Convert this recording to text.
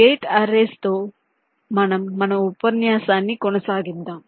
gate arrays తో మనం మన ఉపన్యాసాన్ని ప్రారంభిద్దాం